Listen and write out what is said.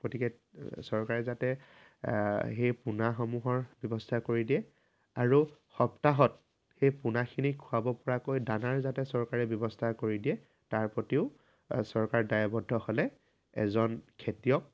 গতিকে চৰকাৰে যাতে সেই পোনাসমূহৰ ব্যৱস্থা কৰি দিয়ে আৰু সপ্তাহত সেই পোনাখিনিক খুৱাব পৰাকৈ দানাৰ যাতে চৰকাৰে ব্যৱস্থা কৰি দিয়ে তাৰ প্ৰতিও চৰকাৰ দায়বদ্ধ হ'লে এজন খেতিয়ক